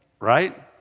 right